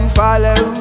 follow